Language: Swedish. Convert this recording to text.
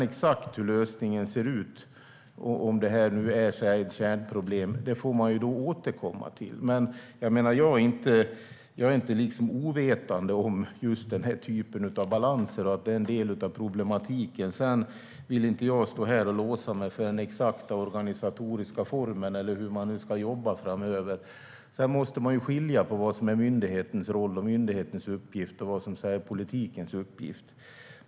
Exakt hur lösningen ska se ut och huruvida det här är ett kärnproblem får man återkomma till. Jag är inte ovetande om att den här typen av balans är en del av problematiken, men jag vill inte stå här och låsa mig för en exakt organisatorisk form för hur man ska jobba framöver. Sedan måste man skilja på vad som är myndighetens roll och uppgift och vad som är politikens uppgift.